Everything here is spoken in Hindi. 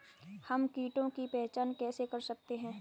हम कीटों की पहचान कैसे कर सकते हैं?